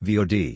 Vod